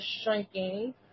shrinking